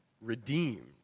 redeemed